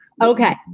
Okay